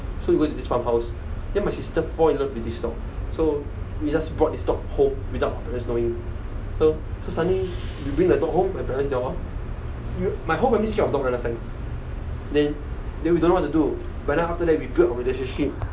so we go into this farmhouse then my sister fall in love with this dog so we just brought this dog home without our parents knowing so so suddenly we bring the dog home my parents they all m~ my whole family scared of dogs one last time then then we don't know what to do but after that we build our relationship